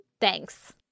thanks